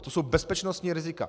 To jsou bezpečnostní rizika.